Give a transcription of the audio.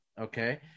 Okay